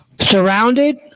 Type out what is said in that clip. surrounded